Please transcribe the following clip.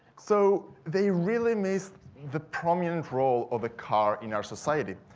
so they really missed the prominent role of a car in our society.